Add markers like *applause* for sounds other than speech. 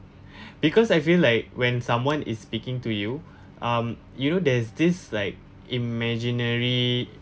*breath* because I feel like when someone is speaking to you um you know there's this like imaginary